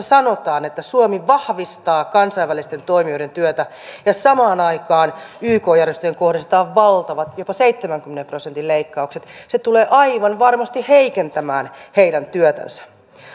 sanotaan että suomi vahvistaa kansainvälisten toimijoiden työtä ja samaan aikaan yk järjestöihin kohdistetaan valtavat jopa seitsemänkymmenen prosentin leikkaukset se tulee aivan varmasti heikentämään heidän työtänsä